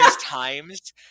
times